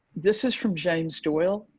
this is from james doyle